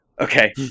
Okay